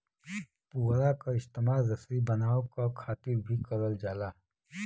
पुवरा क इस्तेमाल रसरी बनावे क खातिर भी करल जाला